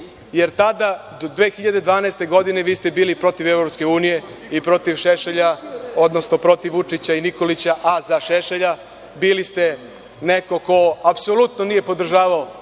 jer tada do 2012. godine vi ste bili protiv EU i protiv Šešelja, odnosno protiv Vučića i Nikolića, a za Šešelja. Bili ste neko ko apsolutno nije podržavao